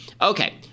Okay